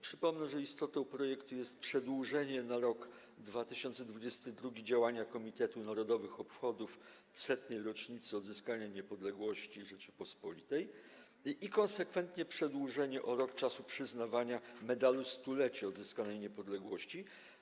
Przypomnę, że istotą projektu jest przedłużenie na rok 2022 działania Komitetu Narodowych Obchodów Setnej Rocznicy Odzyskania Niepodległości Rzeczypospolitej Polskiej i konsekwentnie przedłużenie o rok okresu przyznawania Medalu Stulecia Odzyskanej Niepodległości.